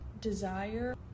desire